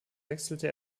wechselte